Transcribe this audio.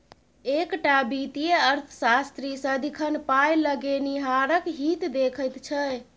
एकटा वित्तीय अर्थशास्त्री सदिखन पाय लगेनिहारक हित देखैत छै